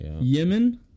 Yemen